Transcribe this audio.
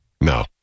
No